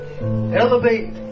Elevate